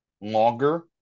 longer